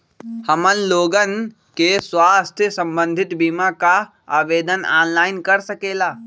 हमन लोगन के स्वास्थ्य संबंधित बिमा का आवेदन ऑनलाइन कर सकेला?